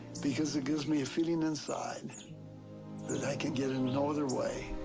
because it gives me a feeling inside that i can get in no other way.